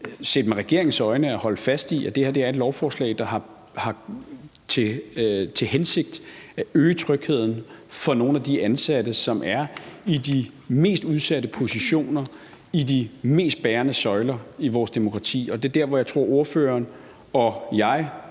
set med regeringens øjne at holde fast i, at det er et lovforslag, der har til hensigt at øge trygheden for nogle af de ansatte, som er i de mest udsatte positioner i de mest bærende søjler i vores demokrati. Og det er der, hvor jeg tror, at spørgeren og jeg,